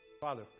Father